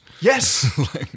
Yes